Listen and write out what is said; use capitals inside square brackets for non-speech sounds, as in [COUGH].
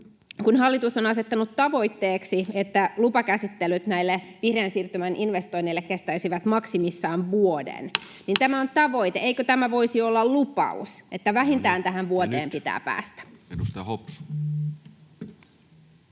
kun hallitus on asettanut tavoitteeksi, että lupakäsittelyt näille vihreän siirtymän investoinneille kestäisivät maksimissaan vuoden, [NOISE] niin tämä on tavoite. Eikö tämä voisi olla lupaus, että vähintään tähän vuoteen pitää päästä? [Speech 262]